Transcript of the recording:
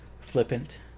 flippant